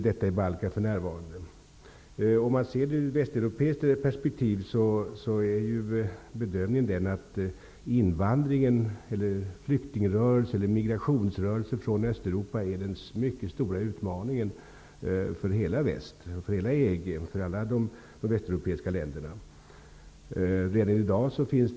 Detta kan vi för närvarande se i Sett ur ett västeuropeiskt perspektiv är migrationen från Östeuropa den mycket stora utmaning som alla västeuropeiska länder och EG står inför.